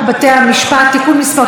ועדת המדע.